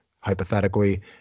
hypothetically